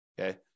Okay